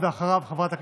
לפי גובה